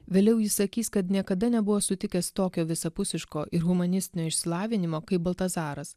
vėliau jis sakys kad niekada nebuvo sutikęs tokio visapusiško ir humanistinio išsilavinimo kaip baltazaras